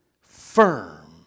firm